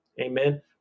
Amen